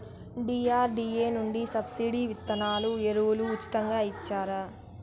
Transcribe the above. DRDA నుండి subsidy విత్తనాలు ఎరువులు ఉచితంగా ఇచ్చారా?